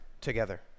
together